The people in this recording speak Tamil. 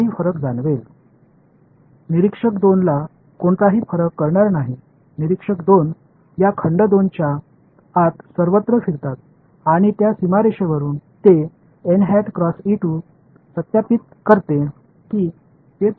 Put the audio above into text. பார்வையாளர் 2 எந்த வித்தியாசத்தையும் உணர மாட்டார் பார்வையாளர் 2 இந்த தொகுதி 2 க்குள் எல்லா இடங்களிலும் சுற்றி வருகிறார் மேலும் எல்லையில் அது முன்பு இருந்ததை விட சமமா